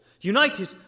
United